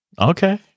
Okay